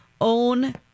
Own